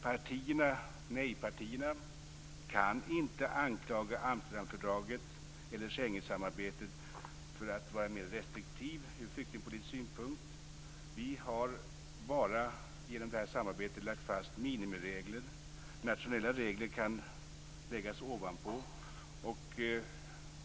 Nej-partierna kan inte anklaga Amsterdamfördraget eller Schengensamarbetet för att vara mer restriktiva ur flyktingpolitisk synpunkt. Genom det här samarbetet har vi bara lagt fast minimiregler. Nationella regler kan läggas ovanpå.